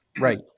Right